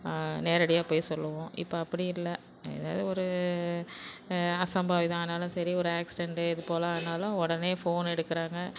நேரடியாக போய் சொல்லுவோம் இப்போ அப்படி இல்லை ஏதாவது ஒரு அசம்பாவிதம் ஆனாலும் சரி ஒரு ஆக்ஸிடென்ட்டு இது போல் ஆனாலும் உடனே ஃபோன் எடுக்கிறாங்க